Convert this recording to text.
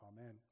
Amen